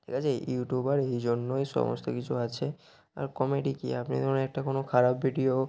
ঠিক আছে ইউটিউবার এই জন্যই সমস্ত কিছু আছে আর কমেডি কী আপনি ধরুন একটা কোনো খারাপ ভিডিও